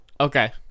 Okay